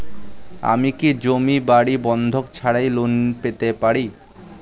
আমি কি জমি বাড়ি বন্ধক ছাড়াই লোন পেতে পারি?